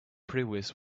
previous